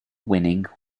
winning